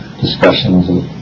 discussions